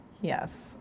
yes